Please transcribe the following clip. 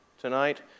tonight